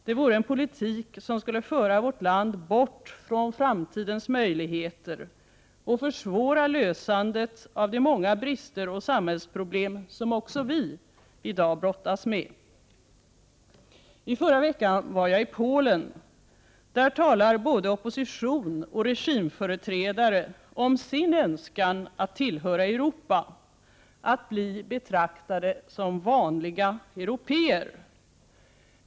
Det vore en politik som skulle föra vårt land bort från framtidens möjligheter och försvåra lösandet av de många brister och samhällsproblem som också vi i dag brottas med. I förra veckan var jag i Polen. Där talar både opposition och regimföreträdare om sin önskan att tillhöra Europa, att bli betraktade som vanliga européer.